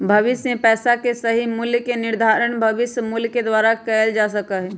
भविष्य में पैसा के सही मूल्य के निर्धारण भविष्य मूल्य के द्वारा कइल जा सका हई